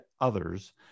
others